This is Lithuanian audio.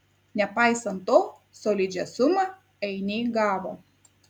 nepaisant to solidžią sumą ainiai gavo